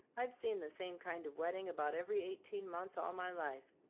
i've seen the same kind of wedding about every eighteen months all my life.